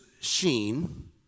Sheen